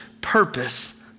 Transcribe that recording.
purpose